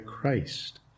Christ